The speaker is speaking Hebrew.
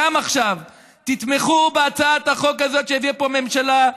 גם עכשיו: תתמכו בהצעת החוק הזאת שהביאה פה הממשלה,